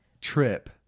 trip